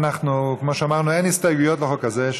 כמו שאמרנו, אין הסתייגויות לחוק הזה.